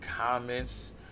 comments